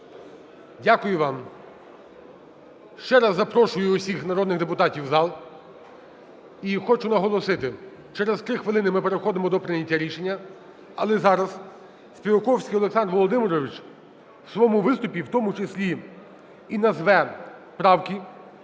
Дякую вам. Ще раз запрошую всіх народних депутатів в зал і хочу наголосити, через три хвилини ми переходимо до прийняття рішення. Але зараз Співаковський Олександр Володимирович у своєму виступі в тому числі і назве правки,